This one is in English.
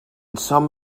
some